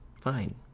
Fine